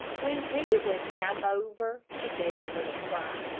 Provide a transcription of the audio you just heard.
when tea was half over, she gave a little cry.